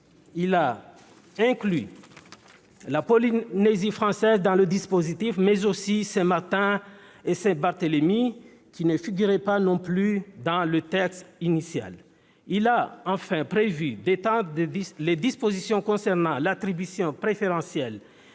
il a inclus la Polynésie française dans le dispositif, mais aussi Saint-Martin et Saint-Barthélemy, qui ne figuraient pas non plus dans le texte initial ; il a, enfin, prévu d'étendre les dispositions concernant l'attribution préférentielle